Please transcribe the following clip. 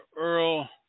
Earl